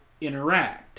interact